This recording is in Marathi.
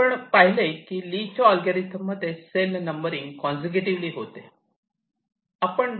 आपण पाहिले की ली च्या अल्गोरिदम मध्ये सेल नंबरिंग कॉन्ससॅकटिव्हली होते